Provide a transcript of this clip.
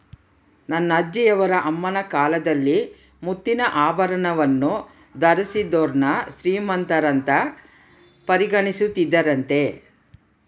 ನನ್ನ ಅಜ್ಜಿಯವರ ಅಮ್ಮನ ಕಾಲದಲ್ಲಿ ಮುತ್ತಿನ ಆಭರಣವನ್ನು ಧರಿಸಿದೋರ್ನ ಶ್ರೀಮಂತರಂತ ಪರಿಗಣಿಸುತ್ತಿದ್ದರಂತೆ